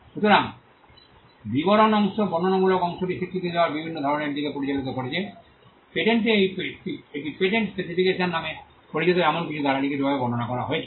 সুতরাং বিবরণ অংশ বর্ণনামূলক অংশটি স্বীকৃতি দেওয়ার বিভিন্ন ধরণের দিকে পরিচালিত করেছে পেটেন্টে এটি পেটেন্ট স্পেসিফিকেশন নামে পরিচিত এমন কিছু দ্বারা লিখিতভাবে বর্ণনা করা হয়েছে